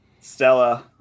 Stella